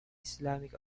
islamic